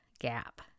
gap